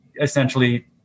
essentially